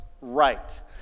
right